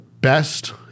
best